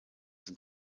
sind